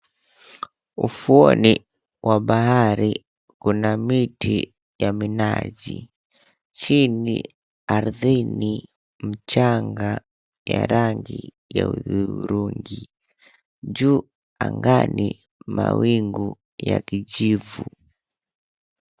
Ufuoni wa bahari, kuna miti ya minazi. Chini ardhini, mchanga ya rangi ya udhurungi. Juu angani, mawingu ya kijivu.